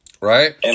right